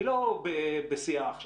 היא לא בשיאה עכשיו